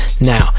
Now